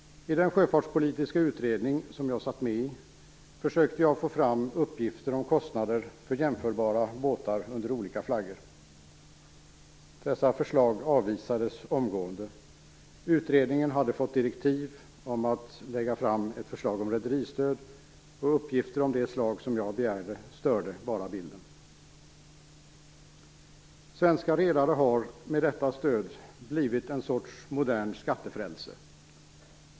I den sjöfartspolitiska utredningen, som jag satt med i, försökte jag få fram uppgifter om kostnader för jämförbara båtar under olika flagg. Dessa förslag avvisades omgående. Utredningen hade fått direktiv att lägga fram ett förslag om rederistöd, och uppgifter av det slag som jag begärde störde bara bilden. Svenska redare har, med detta stöd, blivit en sorts modern skattefrälse.